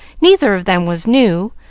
neither of them was new,